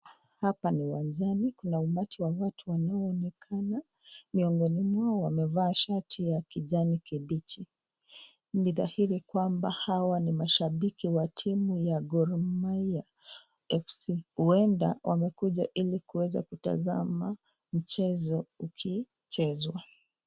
hapa ni uwanjani kuna umati ya watu ambao waonekana, miongoni mwao wamevaa shati ya kijani kibichi, ni dhahiri kwamba hawa ni washabiki wa timu ya Gormahia FC huenda wamekuja ilikutazama mchezo ukichezwa.